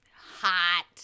Hot